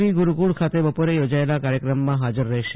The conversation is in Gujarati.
પી ગુરૂકુળ ખાતે બપોરે યોજાયેલા કાર્યક્રમમાં હાજર રહેશે